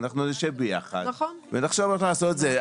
נשב ביחד ונחשוב איך לעשות את זה.